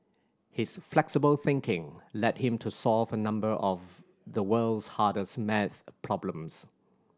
his flexible thinking led him to solve a number of the world's hardest maths problems